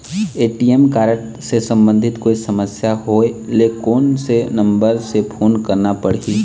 ATM card से संबंधित कोई समस्या होय ले, कोन से नंबर से फोन करना पढ़ही?